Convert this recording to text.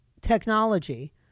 technology